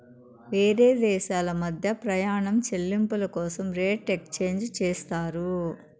వేరే దేశాల మధ్య ప్రయాణం చెల్లింపుల కోసం రేట్ ఎక్స్చేంజ్ చేస్తారు